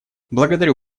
благодарю